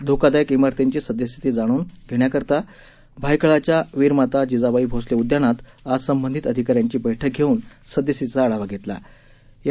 धोकादायक इमारतींची सद्यस्थिती जाणून घेण्याकरीता भायखळाच्या वीरमाता जिजाबाई भोसले उदयानात आज संबंधित अधिकाऱ्यांची बैठक घेऊन सद्यस्थितीचा आढावा घेतलायाव